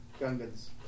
Gungans